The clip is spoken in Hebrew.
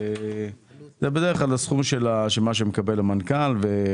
זה בדרך כלל הסכום של מה שמקבל המנכ"ל.